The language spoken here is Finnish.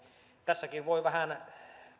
tässäkin voi